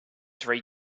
three